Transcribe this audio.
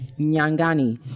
Nyangani